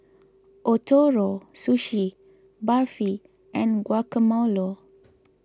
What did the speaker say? Ootoro Sushi Barfi and Guacamole